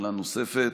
שאלה נוספת.